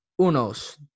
Unos